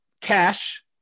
Cash